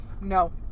no